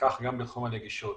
כך גם בתחום הנגישות.